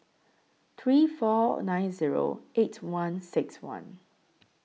three four nine Zero eight one six one